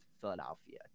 Philadelphia